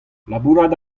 labourat